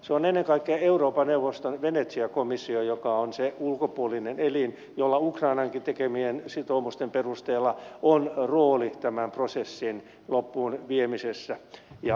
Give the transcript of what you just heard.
se on ennen kaikkea euroopan neuvoston venetsian komissio joka on se ulkopuolinen elin jolla ukrainankin tekemien sitoumusten perusteella on rooli tämän prosessin loppuun viemisessä ja monitoroinnissa